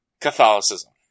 catholicism